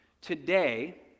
Today